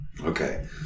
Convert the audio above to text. Okay